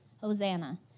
Hosanna